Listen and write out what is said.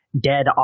dead